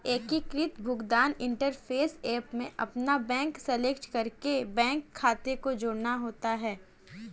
एकीकृत भुगतान interface app में अपना बैंक सेलेक्ट करके बैंक खाते को जोड़ना होता है